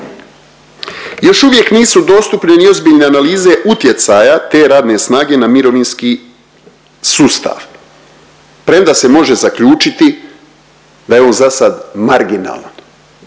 Još uvijek nisu dostupne ni ozbiljne analize utjecaja te radne snage na mirovinski sustav premda se može zaključiti da je on zasad marginalan,